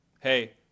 Hey